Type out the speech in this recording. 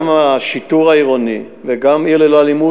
גם השיטור העירוני וגם "עיר ללא אלימות"